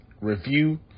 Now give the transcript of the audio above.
review